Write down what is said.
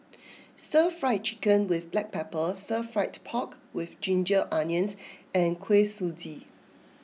Stir Fry Chicken with Black Pepper Stir Fried Pork with Ginger Onions and Kuih Suji